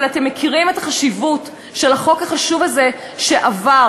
אבל אתם מכירים את החשיבות של החוק החשוב הזה שעבר,